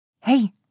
Hey